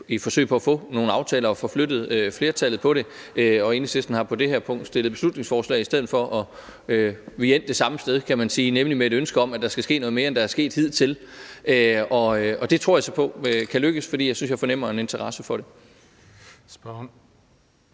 et forsøg på at få nogle aftaler og få flyttet flertallet på det, og Enhedslisten har på det her punkt fremsat beslutningsforslag i stedet for. Man kan sige, at vi er endt det samme sted, nemlig med et ønske om, at der skal ske noget mere, end der er sket hidtil. Det tror jeg så på kan lykkes, fordi jeg synes, jeg fornemmer en interesse for det.